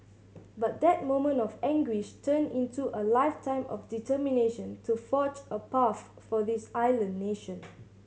but that moment of anguish turned into a lifetime of determination to forge a path for this island nation